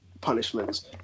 punishments